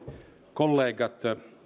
kollegat